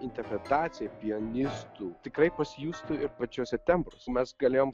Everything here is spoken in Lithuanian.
interpretacija pianistų tikrai pasijustų ir pačiuose tembruose mes galėjom